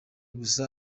gusa